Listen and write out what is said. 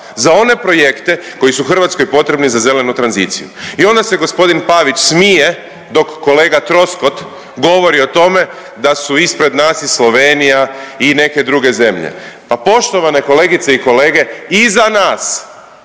za one projekte koji su Hrvatskoj potrebni za zelenu tranziciju. I onda se g. Pavić smije dok kolega Troskot govori o tome da su ispred nas i Slovenija i neke druge zemlje. Pa poštovane kolegice i kolege, iza nas